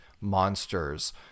monsters